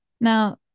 Now